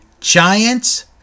Giants